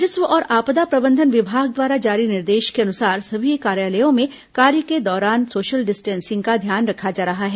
राजस्व और आपदा प्रबंधन विभागे द्वारा जारी निर्देश के अनुसार सभी कार्यालयों में कार्य के दौरान सोशल डिस्टेंसिंग का ध्यान रखा जा रहा है